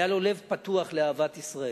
היה לו לב פתוח לאהבת ישראל,